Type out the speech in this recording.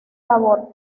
labor